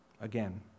again